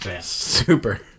Super